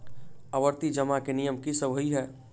आवर्ती जमा केँ नियम की सब होइ है?